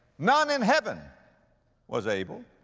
none in heaven was able.